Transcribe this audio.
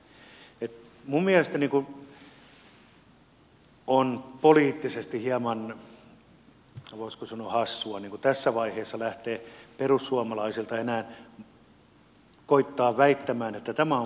minun mielestäni on poliittisesti hieman voisiko sanoa hassua perussuomalaisilta tässä vaiheessa lähteä enää koettamaan väittää että tämä on meille vaalikikka